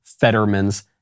Fetterman's